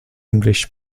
english